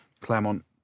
Claremont